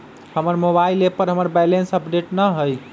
हमर mobile app पर हमर बैलेंस अपडेट न हई